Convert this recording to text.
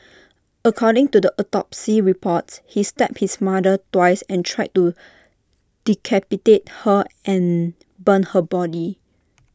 according to the autopsy reports he stabbed his mother twice and tried to decapitate her and burn her body